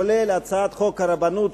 כולל הצעת חוק הרבנות,